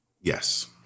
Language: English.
Yes